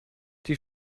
die